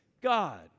God